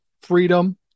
freedom